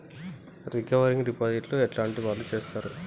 Recurring deposit ఎట్లాంటి వాళ్లు చేత్తరు?